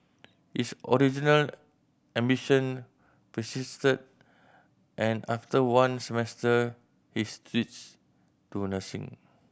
his original ambition persisted and after one semester he switched to nursing